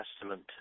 testament